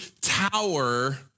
tower